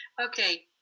Okay